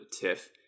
tiff